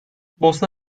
bosna